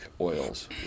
oils